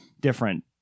different